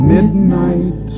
Midnight